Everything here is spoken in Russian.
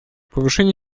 повышение